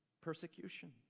persecution